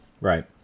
right